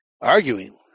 Arguing